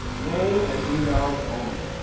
name and emails only.